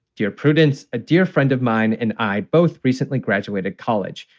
dear prudence, a dear friend of mine and i both. recently graduated college.